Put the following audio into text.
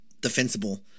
defensible